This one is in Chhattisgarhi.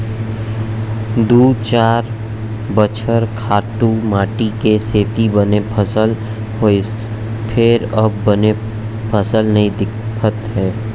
दू चार बछर खातू माटी के सेती बने फसल होइस फेर अब बने फसल नइ दिखत हे